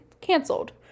canceled